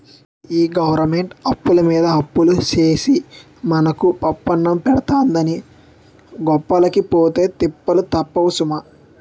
ఈ గవరమెంటు అప్పులమీద అప్పులు సేసి మనకు పప్పన్నం పెడతందని గొప్పలకి పోతే తిప్పలు తప్పవు సుమా